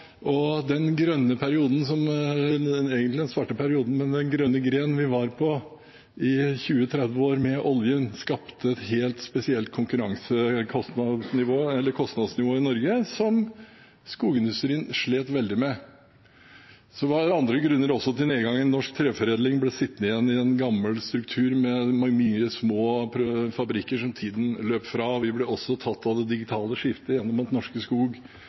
den grønne perioden – egentlig den svarte perioden – den grønne gren vi satt på i 20–30 år med oljen, skapte et helt spesielt kostnadsnivå i Norge som skogindustrien slet veldig med. Så var det også andre grunner til nedgangen. Norsk treforedling ble sittende igjen i en gammel struktur med mange små fabrikker som tida løp fra. Vi ble også tatt av det digitale skiftet gjennom at Norske Skog